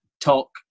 talk